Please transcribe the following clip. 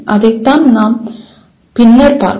அதைத்தான் நாம் பின்னர் பார்ப்போம்